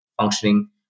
functioning